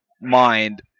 mind